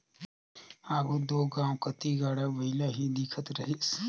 आघु दो गाँव कती गाड़ा बइला ही दिखत रहिस